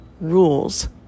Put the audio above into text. rules